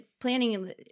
planning –